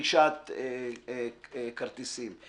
לרכישת כרטיסים.